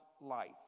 life